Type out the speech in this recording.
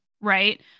right